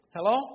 Hello